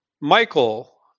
Michael